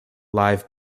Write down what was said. live